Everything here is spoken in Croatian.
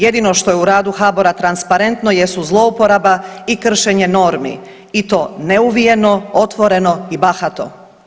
Jedino što je u radu HBOR-a transparentno jesu zlouporaba i kršenje normi i to neuvijeno, otvoreno i bahato.